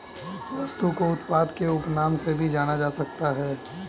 वस्तु को उत्पाद के उपनाम से भी जाना जा सकता है